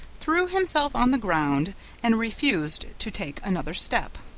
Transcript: threw himself on the ground and refused to take another step.